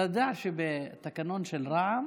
אתה יודע שבתקנון של רע"מ